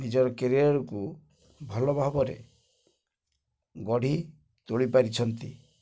ନିଜର କେରିୟରକୁ ଭଲ ଭାବରେ ଗଢ଼ି ତୋଳି ପାରିଛନ୍ତି